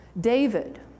David